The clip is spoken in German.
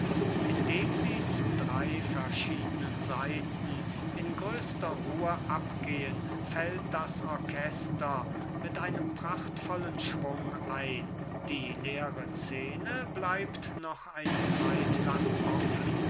indem sie zu drei verschiednen seiten in grösster ruhe abgehen fällt das orchester mit einem prachtvollen schwung ein die leere szene bleibt noch eine zeitlang offen